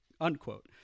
unquote